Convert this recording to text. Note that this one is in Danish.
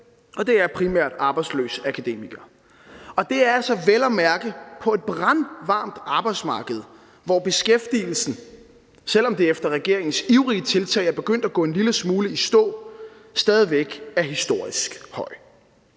det er primært arbejdsløse akademikere. Og det er altså vel at mærke på et brandvarmt arbejdsmarked, hvor beskæftigelsen – selv om det efter regeringens ivrige tiltag er begyndt at gå en lille smule i stå – stadig væk er historisk høj.